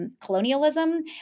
colonialism